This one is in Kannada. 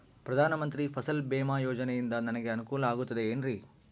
ಪ್ರಧಾನ ಮಂತ್ರಿ ಫಸಲ್ ಭೇಮಾ ಯೋಜನೆಯಿಂದ ನನಗೆ ಅನುಕೂಲ ಆಗುತ್ತದೆ ಎನ್ರಿ?